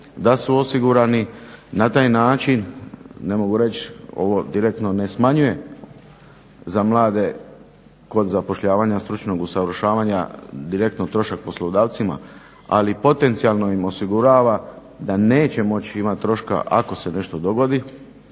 da su osigurani na taj način. Ne mogu reć, ovo direktno ne smanjuje za mlade kod zapošljavanja, stručnog usavršavanja direktno trošak poslodavcima, ali potencijalno im osigurava da neće moći imati troška ako se nešto dogodi